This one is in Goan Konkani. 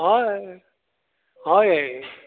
हय हयय